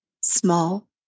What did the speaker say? small